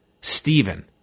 Stephen